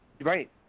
Right